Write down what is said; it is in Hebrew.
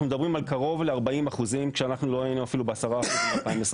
אנחנו מדברים על קרוב ל-40% כשאנחנו לא היינו אפילו ב-10% ב-2022.